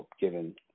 given